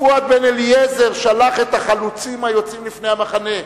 פואד בן-אליעזר שלח את החלוצים היוצאים לפני המחנה.